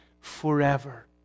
forever